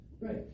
Right